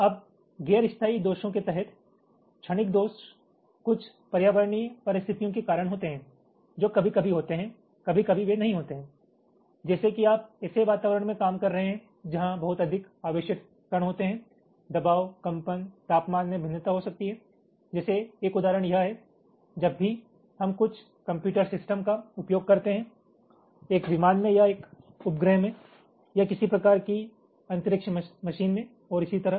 अब गैर स्थायी दोषों के तहत क्षणिक दोष कुछ पर्यावरणीय परिस्थितियों के कारण होते हैं जो कभी कभी होते हैं कभी कभी वे नहीं होते हैं जैसे कि आप ऐसे वातावरण में काम कर रहे हैं जहां बहुत अधिक आवेशित कण होते हैं दबाव कंपन तापमान में भिन्नता हो सकती है जैसे एक उदाहरण यह है जब भी हम कुछ कंप्यूटर सिस्टम का उपयोग करते हैं एक विमान में या एक उपग्रह में या किसी प्रकार की अंतरिक्ष मशीन में और इसी तरह